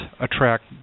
attract